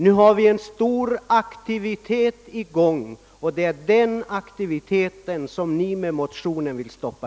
Nu däremot är en omfattande aktivitet i gång, och det är den aktiviteten som motionärerna vill stoppa.